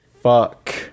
Fuck